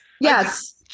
Yes